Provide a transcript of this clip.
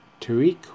Tariq